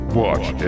watch